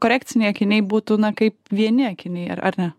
korekciniai akiniai būtų na kaip vieni akiniai ar ar ne